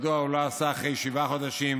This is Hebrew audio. מדוע הוא לא מוצא פתרונות אחרי שבעה חודשים